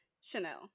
Chanel